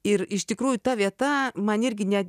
ir iš tikrųjų ta vieta man irgi ne